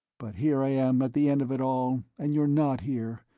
but here i am at the end of it all, and you're not here,